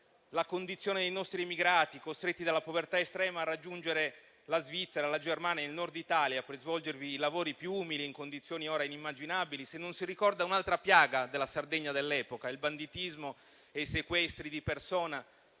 la condizione dei nostri immigrati costretti dalla povertà estrema a raggiungere la Svizzera, la Germania e il Nord Italia per svolgervi i lavori più umili, in condizioni ora inimmaginabili; se non si ricorda un'altra piaga della Sardegna dell'epoca, il banditismo e i sequestri di persona,